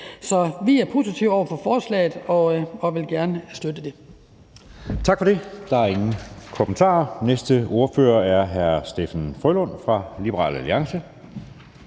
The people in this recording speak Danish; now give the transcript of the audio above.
Så vi er positive over for forslaget og vil gerne støtte det. Kl. 12:31 Anden næstformand (Jeppe Søe): Tak for det. Der er ingen kommentarer. Næste ordfører er hr. Steffen W. Frølund fra Liberal Alliance.